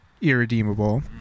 irredeemable